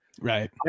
Right